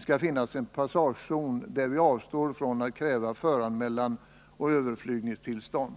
skall finnas en passagezon där vi avstår från att kräva föranmälan och överflygningstillstånd.